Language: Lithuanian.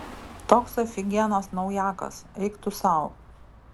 toks afigienas naujakas eik tu sau